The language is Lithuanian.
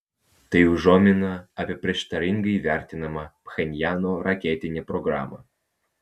tai užuomina apie prieštaringai vertinamą pchenjano raketinę programą